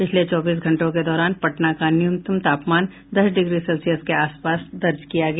पिछले चौबीस घंटों के दौरान पटना का न्यूनतम तापमान दस डिग्री सेल्सियस के आस पास दर्ज किया गया